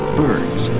birds